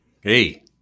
hey